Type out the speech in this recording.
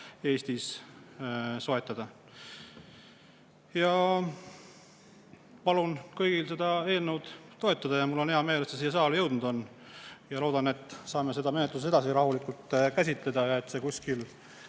Eestis soetada. Palun kõigil seda eelnõu toetada. Mul on hea meel, et see siia saali jõudnud on. Loodan, et saame seda eelnõu rahulikult edasi käsitleda ja et see kuskil